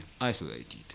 isolated